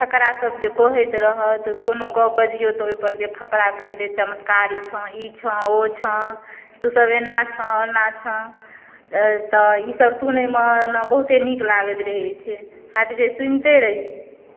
फकरासभ जे कहैत रहत कोनो गप्प बजियौ तऽ ओहिपर जे फकरा कहि दैत जे चमत्कारी छौँ ई छौँ ओ छौँ तोँसभ एना छौँ ओना छौँ तऽ ईसभ सुनयमे बहुते नीक लागैत रहै छै हैत जे सुनिते रहि